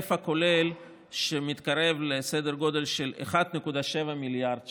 בהיקף כולל שמתקרב לסדר גודל של 1.7 מיליארד שקל.